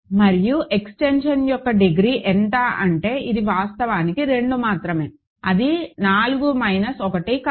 మరియు ఎక్స్టెన్షన్ యొక్క డిగ్రీ ఎంత అంటే ఇది వాస్తవానికి 2 మాత్రమే అది 4 మైనస్ 1 కాదు